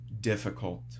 difficult